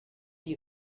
you